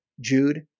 Jude